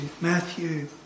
Matthew